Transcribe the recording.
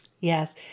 Yes